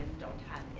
don't have